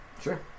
Sure